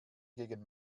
gegen